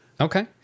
okay